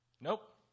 Nope